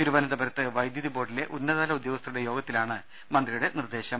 തിരുവനന്തപുരത്ത് വൈദ്യുതി ബോർഡിലെ ഉന്നതതല ഉദ്യോഗസ്ഥരുടെ യോഗത്തിലാണ് മന്ത്രിയുടെ നിർദേശം